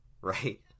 right